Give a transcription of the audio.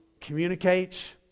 communicates